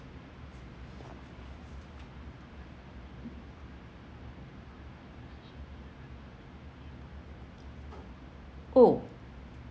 oh